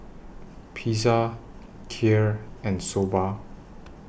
Pizza Kheer and Soba